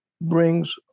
brings